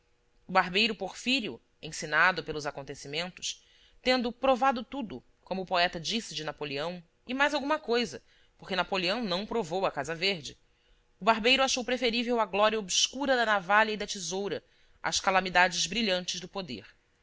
barbeiro porfírio ensinado pelos acontecimentos tendo provado tudo como o poeta disse de napoleão e mais alguma coisa porque napoleão não provou a casa verde o barbeiro achou preferível a glória obscura da navalha e da tesoura às calam idades brilhantes do poder